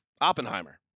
Oppenheimer